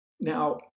Now